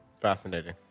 Fascinating